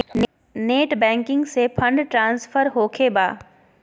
Net banking से fund transfer होखें बा?